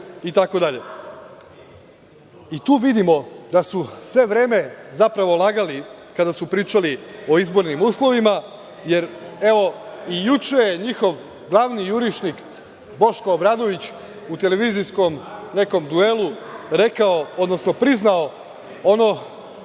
itd. Tu vidimo da su sve vreme zapravo lagali, kada su pričali o izbornim uslovima, jer i juče je njihov glavni jurišnik, Boško Obradović, u TV duelu rekao, odnosno priznao ono